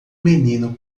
menino